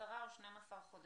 עשרה או שנים-עשר חודשים.